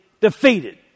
defeated